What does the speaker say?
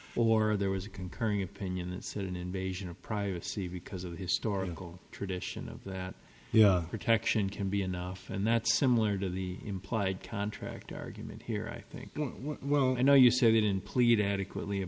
or there was a concurring opinion that said an invasion of privacy because of historical tradition of that protection can be enough and that's similar to the implied contract argument here i think while you know you said you didn't plead adequately a